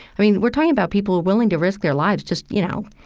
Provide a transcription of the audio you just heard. i mean, we're talking about people willing to risk their lives just, you know,